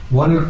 one